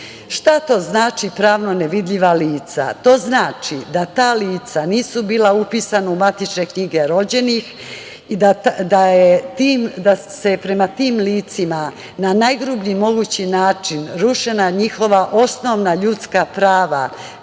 to znači pravno nevidljiva lica? To znači da ta lica nisu bila upisana u matične knjige rođenih i da su prema tim licima na najgrublji mogući način rušena njihova osnovna ljudska prava,